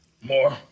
More